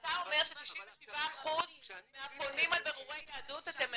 אתה אומר ש-97% מהפונים לבירורי יהדות אתם מאשרים?